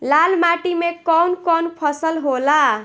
लाल माटी मे कवन कवन फसल होला?